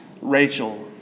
Rachel